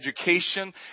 education